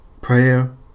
prayer